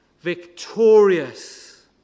victorious